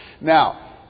Now